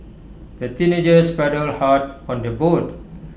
the teenagers paddled hard on their boat